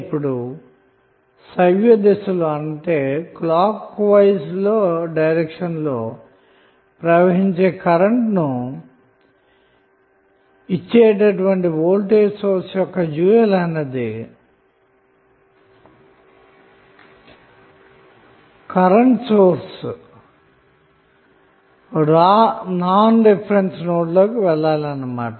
ఇప్పుడు సవ్యదిశ లో ప్రవహించే కరెంటు ను ఇచ్చేటటువంటి వోల్టేజ్ సోర్స్ యొక్క డ్యూయల్ అయిన current source non reference node లోపలికి వెళ్లాలి అన్న మాట